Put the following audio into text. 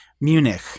Munich